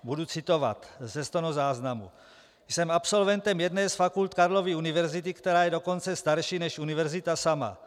Budu citovat ze stenozáznamu: Jsem absolventem jedné z fakult Karlovy univerzity, která je dokonce starší než univerzita sama.